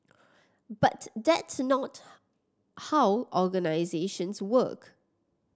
but that's not how organisations work